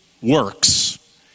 works